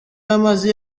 n’amazi